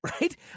Right